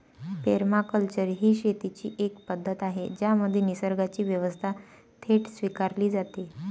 permaculture ही शेतीची एक पद्धत आहे ज्यामध्ये निसर्गाची व्यवस्था थेट स्वीकारली जाते